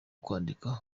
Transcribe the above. kwandika